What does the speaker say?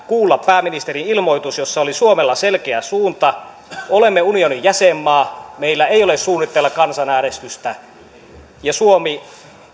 kuulla pääministerin ilmoitus jossa oli suomella selkeä suunta olemme unionin jäsenmaa meillä ei ole suunnitteilla kansanäänestystä ja suomi